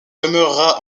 demeurera